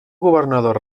governador